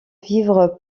vivre